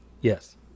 Yes